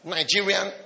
Nigerian